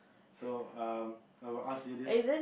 so um I'll ask you this